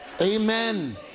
amen